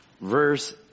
verse